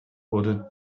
wurde